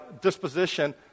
disposition